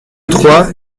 trois